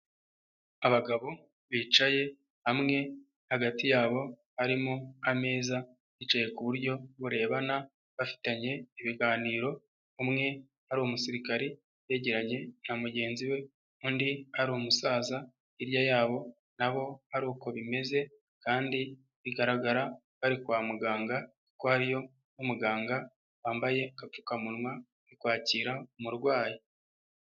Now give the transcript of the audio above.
Abagabo bicaye hamwe hagati yabo harimo ameza yicaye kuburyo barebana bafitanye ibiganiro, umwe ari umusirikare yegeranye na mugenzi we, undi ari umusaza, hirya yabo nabo ari uko bimeze kandi bigaragara bari kwa muganga kuko hari yo muganga wambaye agapfukamunwa uri kwakira umurwayi.